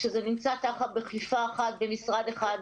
וכשזה נמצא בכפיפה אחת במשרד אחד,